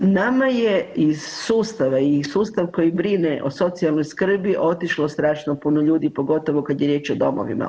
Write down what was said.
Nama je iz sustava i sustav koji brine o socijalnoj skrbi otišlo strašno puno ljudi pogotovo kada je riječ o domovima.